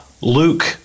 Luke